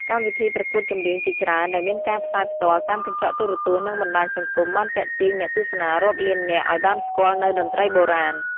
កម្មវិធីប្រកួតចម្រៀងជាច្រើនដែលមានការផ្សាយផ្ទាល់តាមកញ្ចក់ទូរទស្សន៍និងបណ្ដាញសង្គមបានទាក់ទាញអ្នកទស្សនារាប់លាននាក់ឲ្យបានស្គាល់នូវតន្ត្រីបុរាណ។